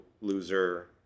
loser